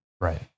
Right